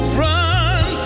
run